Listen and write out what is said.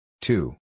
Two